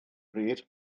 bryd